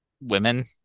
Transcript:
women